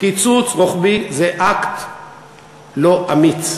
קיצוץ רוחבי זה אקט לא אמיץ,